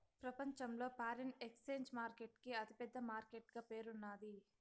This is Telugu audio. ప్రపంచంలో ఫారిన్ ఎక్సేంజ్ మార్కెట్ కి అతి పెద్ద మార్కెట్ గా పేరున్నాది